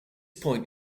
point